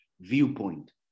viewpoint